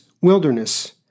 wilderness